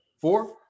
Four